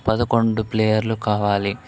పదకొండు ప్లేయర్లు కావాలి